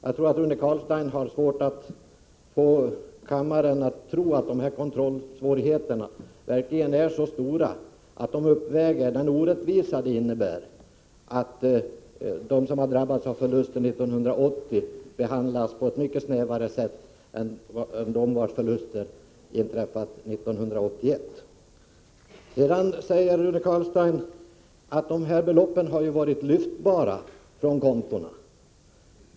Jag tror att det blir besvärligt för Rune Carlstein att övertyga kammaren om att dessa kontrollsvårigheter är så stora att de uppväger den orättvisa som det skulle innebära att de som drabbats av förluster år 1980 behandlas på ett mycket snävare sätt än de som drabbas av förluster 1981. Rune Carlstein säger att beloppen har varit lyftbara från dessa medlemskonton.